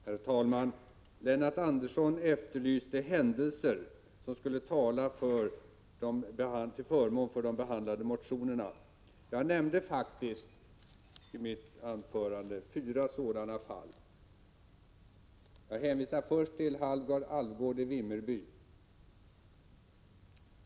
Herr talman! Lennart Andersson efterlyste händelser som skulle tala till förmån för de behandlade motionerna. Jag nämnde faktiskt i mitt anförande fyra sådana fall. Jag hänvisar först till Halvard Alvgaard i Vimmerby.